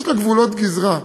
יש לה גבולות גזרה.